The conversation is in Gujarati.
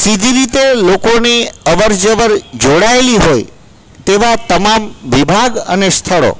સીધી રીતે લોકોની અવર જવર જોડાયેલી હોય તેવા તમામ વિભાગ અને સ્થળો